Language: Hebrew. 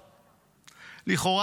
לכאורה,